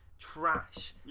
Trash